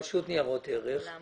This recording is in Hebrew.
המטרה היא להוציא את חברי